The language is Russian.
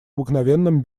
обыкновенном